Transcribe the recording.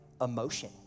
emotion